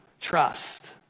trust